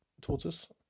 tortoise